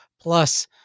plus